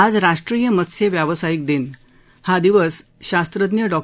आज राष्ट्रीय मत्स्य व्यावसायिक दिन हा दिवस शास्त्रज्ञ डॉ